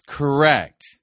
correct